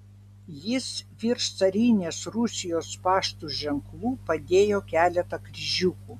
jis virš carinės rusijos pašto ženklų padėjo keletą kryžiukų